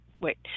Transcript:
wait